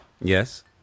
Yes